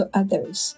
others